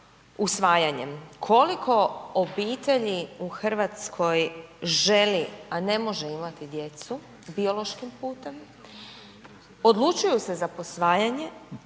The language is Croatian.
usvajanjem. Koliko obitelji u Hrvatskoj želi, a ne može imati djecu biološkim putem, odlučuju se za posvajanje,